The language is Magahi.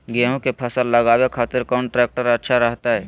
गेहूं के फसल लगावे खातिर कौन ट्रेक्टर अच्छा रहतय?